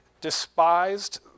despised